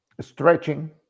Stretching